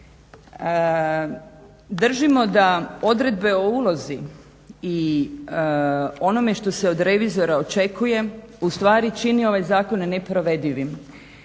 Držimo da odredbe o ulozi i onome što se od revizora očekuje u stvari čini ovaj zakon neprovedivim.